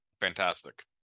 fantastic